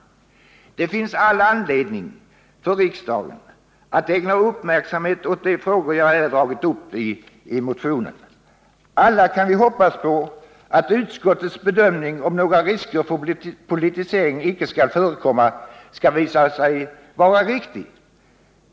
Det finns all anledning för riksdagen att ägna uppmärksamhet åt de frågor jag har dragit upp i motionen. Alla kan vi hoppas på att utskottets bedömning, att några risker för politisering icke skall förekomma, skall visa sig vara riktig.